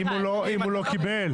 אם הוא לא קיבל,